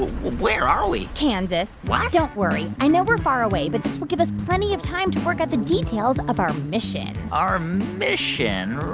where are we? kansas what? don't worry. i know we're far away, but this will give us plenty of time to work out the details of our mission our mission,